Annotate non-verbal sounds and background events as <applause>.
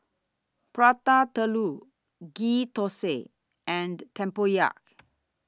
Prata Telur Ghee Thosai and Tempoyak <noise>